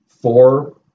four